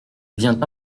vient